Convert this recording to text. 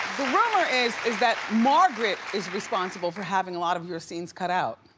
rumor is is that margaret is responsible for having a lot of your scenes cut out.